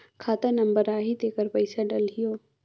खाता नंबर आही तेकर पइसा डलहीओ?